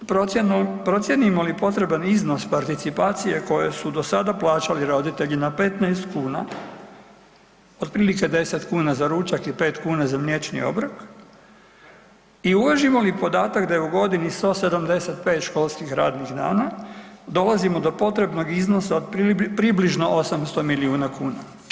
Procijenimo li potreban iznos participacije koje su do sada plaćali roditelji na 15 kuna, otprilike 10 kuna za ručak i 5 kuna za mliječni obrok i uvažimo li podatak da je u godini 175 školskih radnih dana, dolazimo do potrebnog iznosa od približno 800 milijuna kuna.